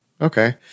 Okay